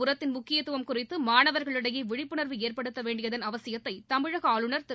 உரத்தின் முக்கியத்துவம் குறித்து மாணவா்களிடையே விழிப்புணா்வு ஏற்படுத்த மண்புழு வேண்டியதன் அவசியத்தை தமிழக ஆளுநர் திரு